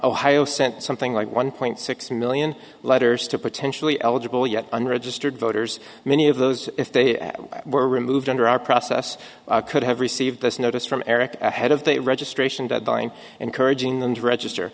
ohio sent something like one point six million letters to potentially eligible yet unregistered voters many of those if they were removed under our process could have received this notice from eric ahead of the registration deadline encouraging them to register